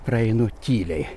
praeinu tyliai